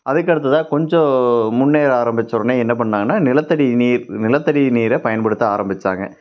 அதுக்கு அடுத்ததாக கொஞ்சம் முன்னேற ஆரமிச்சோடனே என்ன பண்ணாங்கன்னா நிலத்தடி நீர் நிலத்தடி நீரை பயன்படுத்த ஆரம்பித்தாங்க